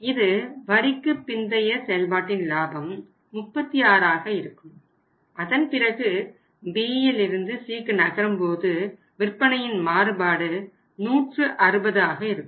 இது வரிக்கு பிந்தைய செயல்பாட்டின் லாபம் 36 ஆக இருக்கும் அதன் பிறகு Bயிலிருந்து Cக்கு நகரும்போது விற்பனையின் மாறுபாடு 160 ஆக இருக்கும்